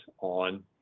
on